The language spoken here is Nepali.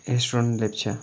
एस्ट्रोन लेप्चा